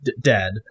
dead